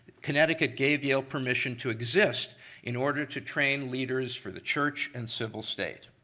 connecticut gave yale permission to exist in order to train leaders for the church and civil state.